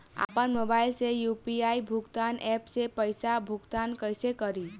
आपन मोबाइल से यू.पी.आई भुगतान ऐपसे पईसा भुगतान कइसे करि?